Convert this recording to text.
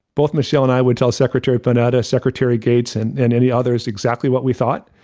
both michele and i would tell secretary panetta, secretary gates and and any others exactly what we thought,